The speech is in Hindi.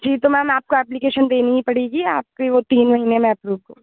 जी तो मैम आपकाे ऐप्लीकेशन देनी ही पड़ेगी आपकी वो तीन महीने में एप्रूव हो